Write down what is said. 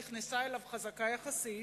נכנסה אליו חזקה יחסית,